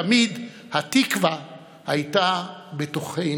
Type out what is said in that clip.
תמיד התקווה הייתה בתוכנו.